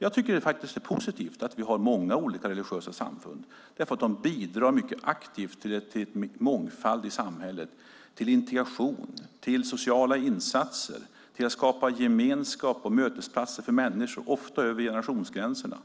Jag tycker faktiskt att det är positivt att vi har många olika religiösa samfund, för de bidrar mycket aktivt till en mångfald i samhället, till integration, till sociala insatser och till att skapa gemenskap och mötesplatser för människor, ofta över generationsgränserna.